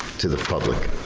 to the public?